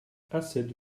acid